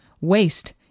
waste